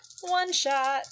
One-shot